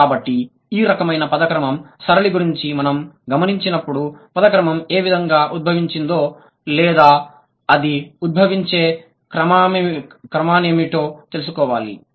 కాబట్టి ఈ రకమైన పద క్రమం సరళి గురించి మనం గమనించినప్పుడు పద క్రమం ఏ విధంగా ఉద్భవించిందో లేదా అది ఉద్భవించే కారణమేమిటి తెలుసుకోవాలి